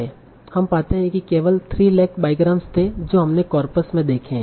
हम पाते हैं कि केवल 300000 बाईग्राम थे जो हमने कॉर्पस में देखे हैं